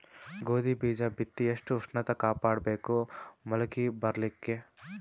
ಗೋಧಿ ಬೀಜ ಬಿತ್ತಿ ಎಷ್ಟ ಉಷ್ಣತ ಕಾಪಾಡ ಬೇಕು ಮೊಲಕಿ ಬರಲಿಕ್ಕೆ?